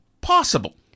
possible